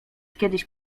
kiedyś